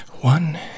One